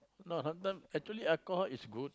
no sometime actually alcohol is good